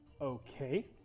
Okay